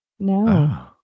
No